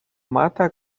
mata